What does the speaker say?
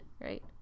right